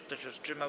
Kto się wstrzymał?